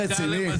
רציני?